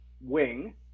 wing